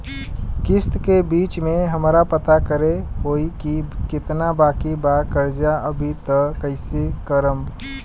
किश्त के बीच मे हमरा पता करे होई की केतना बाकी बा कर्जा अभी त कइसे करम?